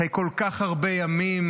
אחרי כל כך הרבה ימים,